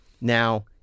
Now